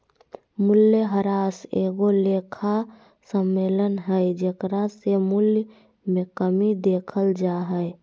मूल्यह्रास एगो लेखा सम्मेलन हइ जेकरा से मूल्य मे कमी देखल जा हइ